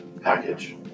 package